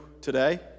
today